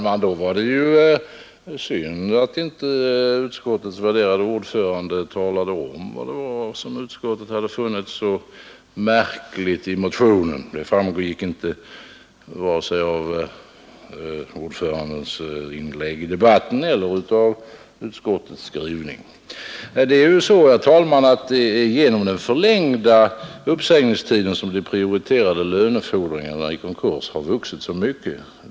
Herr talman! Det var ju synd att inte utskottets värderade ordförande talade om vad det var utskottet funnit så märkligt i motionen. Det framgår inte vare sig av ordförandens inlägg i debatten eller av utskottets skrivning. Det är ju, herr talman, genom de förlängda uppsägningstiderna som de Nr 152 prioriterade lönefordringarna i konkurs har vuxit så mycket.